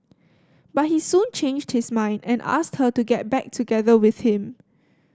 but he soon changed his mind and asked her to get back together with him